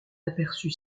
aperçu